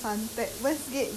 dhoby meh that [one]